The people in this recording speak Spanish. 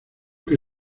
que